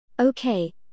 Okay